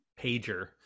pager